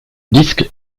disc